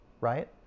right